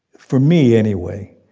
for me anyway,